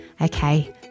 Okay